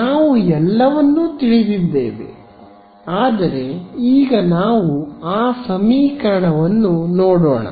ನಾವು ಎಲ್ಲವನ್ನೂ ತಿಳಿದಿದ್ದೇವೆ ಆದರೆ ಈಗ ನಾವು ಆ ಸಮೀಕರಣವನ್ನು ನೋಡೋಣ